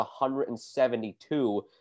172